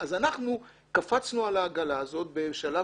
אז אנחנו קפצנו על העגלה הזאת בשלב